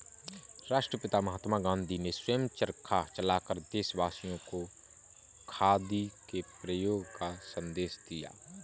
राष्ट्रपिता महात्मा गांधी ने स्वयं चरखा चलाकर देशवासियों को खादी के प्रयोग का संदेश दिया